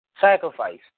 Sacrifice